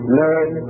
learn